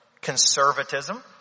Conservatism